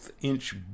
inch